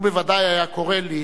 הוא בוודאי היה קורא לי